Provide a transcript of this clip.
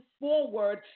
forward